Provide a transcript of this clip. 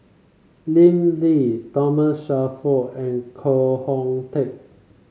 Lim Lee Thomas Shelford and Koh Hoon Teck